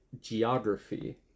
geography